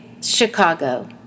Chicago